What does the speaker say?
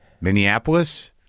Minneapolis